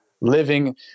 living